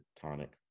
tonic